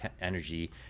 energy